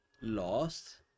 lost